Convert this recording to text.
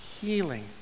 healing